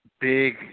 Big